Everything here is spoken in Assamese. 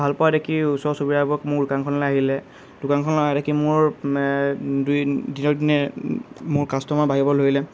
ভাল পোৱা দেখি ওচৰ চুবুৰীয়াবোৰক মোৰ দোকানখনলৈ আহিলে দোকানখনলৈ অহা দেখি মোৰ দুই দিনক দিনে মোৰ কাষ্টমাৰ বাঢ়িবলৈ ধৰিলে